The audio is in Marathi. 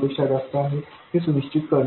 पेक्षा जास्त आहे हे सुनिश्चित करणे